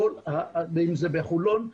אם זה בחולון,